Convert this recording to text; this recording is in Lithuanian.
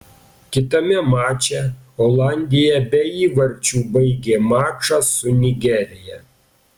kitame mače olandija be įvarčių baigė mačą su nigerija